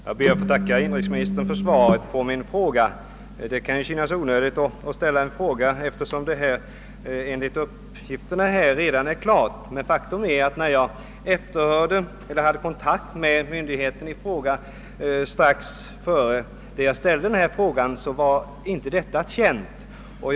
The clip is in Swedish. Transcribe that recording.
Herr talman! Jag ber att få tacka inrikesministern för svaret på min fråga. Det kan synas onödigt att ställa den fråga jag gjorde, eftersom uppgifterna redan föreligger, men faktum är att när jag hade kontakt med den myndighet det här gäller — det var strax innan jag framställde min fråga — så var inte uppgifterna kända.